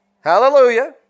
Hallelujah